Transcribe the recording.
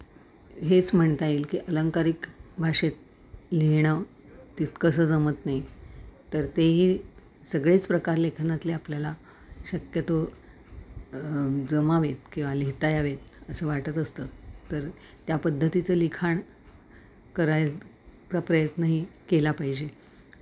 हेच म्हणता येईल की अलंंकारिक भाषेत लिहिणं तितकंसं जमत नाही तर तेही सगळेच प्रकार लेखनातले आपल्याला शक्यतो जमावेत किंवा लिहिता यावेत असं वाटत असतं तर त्या पद्धतीचं लिखाण करायचा प्रयत्नही केला पाहिजे